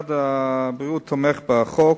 משרד הבריאות תומך בחוק.